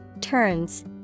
turns